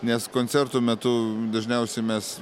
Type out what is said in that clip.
nes koncerto metu dažniausiai mes